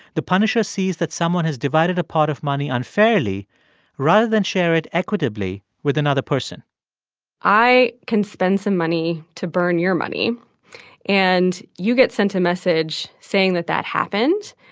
the punisher sees that someone has divided a pot of money unfairly rather than share it equitably with another person i can spend some money to burn your money and you get sent a message saying that that happened.